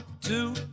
two